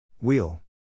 Wheel